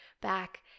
back